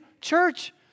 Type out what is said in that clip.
church